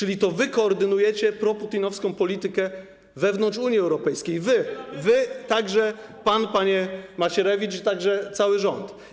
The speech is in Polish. A więc to wy koordynujecie proputinowską politykę wewnątrz Unii Europejskiej, wy, także pan, panie Macierewicz, i także cały rząd.